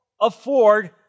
afford